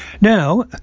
Now